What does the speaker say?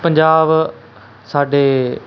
ਪੰਜਾਬ ਸਾਡੇ